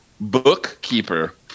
Bookkeeper